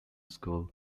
school